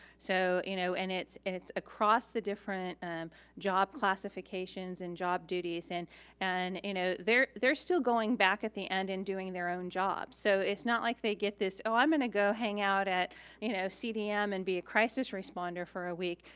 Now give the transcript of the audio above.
so you know and it's across the different job classifications and job duties and and you know they're they're still going back at the end in doing their own jobs. so it's not like they get this oh i'm gonna go hang out at you know cdm and be a crisis responder for a week.